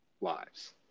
lives